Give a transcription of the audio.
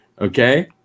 Okay